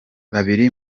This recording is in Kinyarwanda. babiri